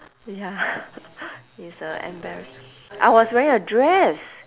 ya it's a embarra~ I was wearing a dress